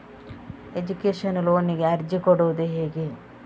Education ಲೋನಿಗೆ ಅರ್ಜಿ ಕೊಡೂದು ಹೇಗೆ?